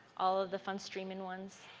all of the fun streaming ones.